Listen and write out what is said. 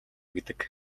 гэдэг